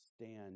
stand